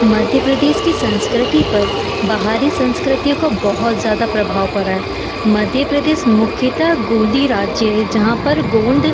मध्य प्रदेश की संस्कृति पर बाहरी संस्कृतियों का बहुत ज़्यादा प्रभाव पड़ा है मध्य प्रदेश मुख्यतः गोंडी राज्य है जहाँ पर गोंड